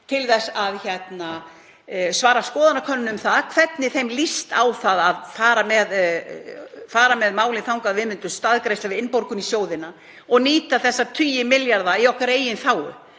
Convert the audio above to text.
til að svara skoðanakönnun um það hvernig þeim lítist á að fara með málið þangað að við myndum staðgreiða við innborgun í sjóðina og nýta þessa tugi milljarða í okkar eigin þágu,